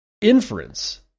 inference